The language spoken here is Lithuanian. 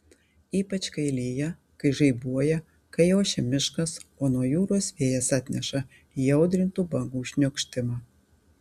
ypač kai lyja kai žaibuoja kai ošia miškas o nuo jūros vėjas atneša įaudrintų bangų šniokštimą